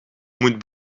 moet